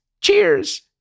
Cheers